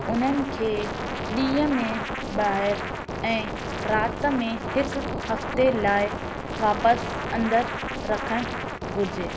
उन्हनि खे ॾींहं में ॿाहिरि ऐं राति में हिकु हफ़्ते लाइ वापसि अंदरि घुरिजे